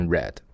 Red 。